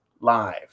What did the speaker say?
live